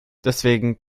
deswegen